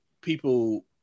people